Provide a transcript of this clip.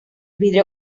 vidrio